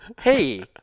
Hey